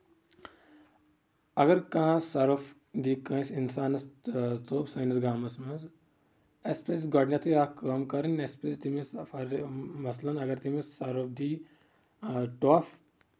اَگر کانٛہہ سۄرُپھ دی کٲنٛسہِ اِسانِس ژوٚپ سٲنِس گامَس منٛز اَسہِ پَزِ گۄڈٕنیٚتھٕے اکھ کٲم کرٕنۍ اَسہِ پَزِ تٔمِس مسلن اَگر تٔمِس سۄرُپھ دی ٹۄپھ